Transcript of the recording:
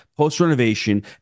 post-renovation